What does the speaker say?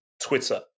twitter